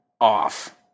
off